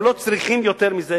הם לא צריכים יותר מזה.